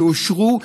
שאושרו,